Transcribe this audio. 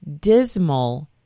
dismal